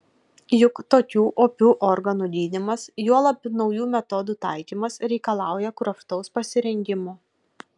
juk tokių opių organų gydymas juolab naujų metodų taikymas reikalauja kruopštaus pasirengimo